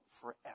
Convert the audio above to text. forever